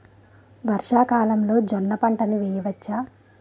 వర్షాకాలంలో జోన్న పంటను వేయవచ్చా?